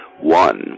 One